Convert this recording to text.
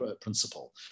principle